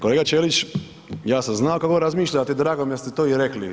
Kolega Ćelić ja sam znao, kad god razmišljate, drago mi je da ste to i rekli.